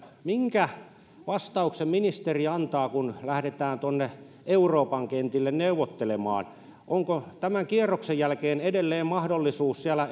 minkä vastauksen ministeri antaa kun lähdetään tuonne euroopan kentille neuvottelemaan onko tämän kierroksen jälkeen edelleen mahdollisuus siellä